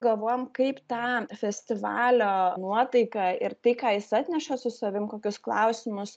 galvojam kaip tą festivalio nuotaiką ir tai ką jis atneša su savim kokius klausimus